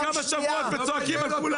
הם עומדים כבר כמה שבועות וצועקים על כולם